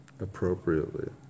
appropriately